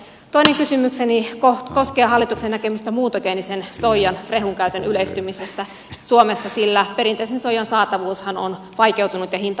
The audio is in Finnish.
toinen kysymykseni koskee hallituksen näkemystä muuntogeenisen soijan rehukäytön yleistymisestä suomessa sillä perinteisen soijan saatavuushan on vaikeutunut ja hinta kallistunut